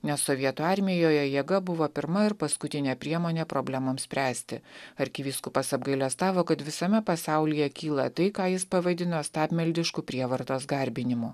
nes sovietų armijoje jėga buvo pirma ir paskutinė priemonė problemoms spręsti arkivyskupas apgailestavo kad visame pasaulyje kyla tai ką jis pavadino stabmeldišku prievartos garbinimu